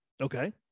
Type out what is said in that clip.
okay